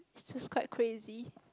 this's quite crazy